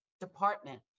department